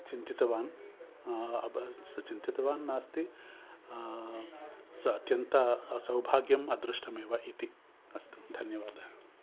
चिन्तितवान् अब् अ चिन्तितवान् नास्ति सः अत्यन्तं सौभाग्यम् अदृष्टमेव इति अस्तु धन्यवादः